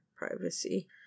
privacy